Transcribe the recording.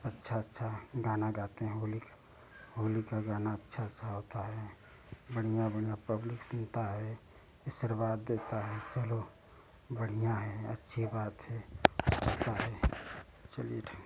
अच्छे अच्छे गाने गाते हैं होली के होली का गाना अच्छा सा होता है बढ़िया बढ़िया पब्लिक सुनती है अशीर्वाद देता है चलो बढ़िया है अच्छी बात है चलिए चलिए ठीक